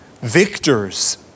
victors